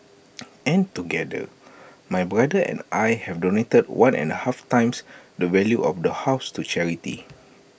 and together my brother and I have donated one and A half times the value of the house to charity